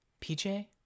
PJ